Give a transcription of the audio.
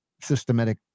systematic